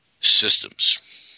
systems